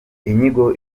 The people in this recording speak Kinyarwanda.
inyigo